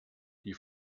die